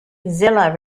zilla